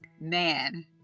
man